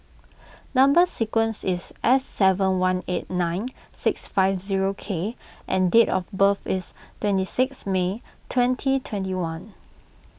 Number Sequence is S seven one eight nine six five zero K and date of birth is twenty six May twenty twenty one